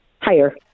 Higher